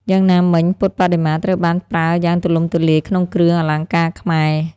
យ៉ាងណាមិញពុទ្ធបដិមាត្រូវបានប្រើយ៉ាងទូលំទូលាយក្នុងគ្រឿងអលង្ការខ្មែរ។